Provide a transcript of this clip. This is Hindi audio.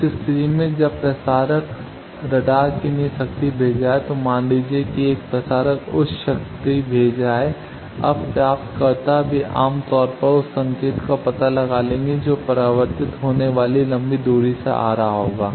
उस स्थिति में जब प्रसारक रडार के लिए शक्ति भेज रहा है तो मान लीजिए कि एक प्रसारक उच्च शक्ति भेज रहा है अब प्राप्तकर्ता वे आम तौर पर उस संकेत का पता लगा लेंगे जो परावर्तित होने वाली लंबी दूरी से आ रहा होगा